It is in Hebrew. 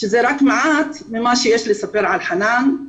שזה רק מעט ממה שיש לספר על חנאן.